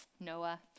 Noah